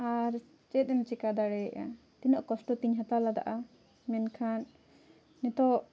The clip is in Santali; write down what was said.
ᱟᱨ ᱪᱮᱫ ᱮᱢ ᱪᱤᱠᱟᱹ ᱫᱟᱲᱮᱭᱟᱜᱼᱟ ᱛᱤᱱᱟᱹᱜ ᱠᱚᱥᱴᱚᱛᱤᱧ ᱦᱟᱛᱟᱣ ᱞᱮᱫᱟ ᱢᱮᱱᱠᱷᱟᱱ ᱱᱤᱛᱳᱜ